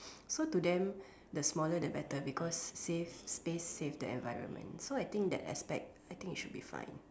so to them the smaller the better because save space save the environment so I think that aspect I think it should be fine